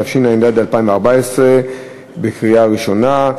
התשע"ד 2014. קריאה ראשונה.